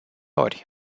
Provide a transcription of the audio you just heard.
ori